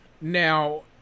Now